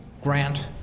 grant